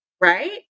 right